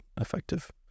effective